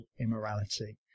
immorality